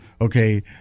okay